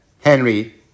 Henry